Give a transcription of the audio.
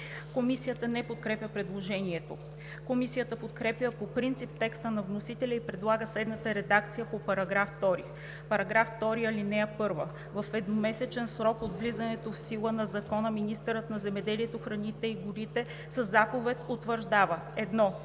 Комисията не подкрепя предложението. Комисията подкрепя по принцип текста на вносителя и предлага следната редакция на § 2: „§ 2. (1) В едномесечен срок от влизането в сила на закона министърът на земеделието, храните и горите със заповед утвърждава: 1.